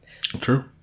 True